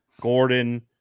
gordon